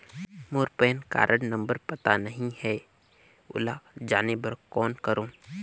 मोर PAN card number पता नहीं है, ओला जाने बर कौन करो?